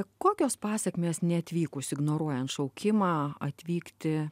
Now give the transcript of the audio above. kokios pasekmės neatvykus ignoruojant šaukimą atvykti